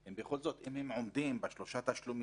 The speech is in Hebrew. עומדים בשלושה התשלומים,